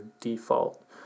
default